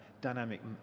dynamic